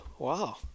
Wow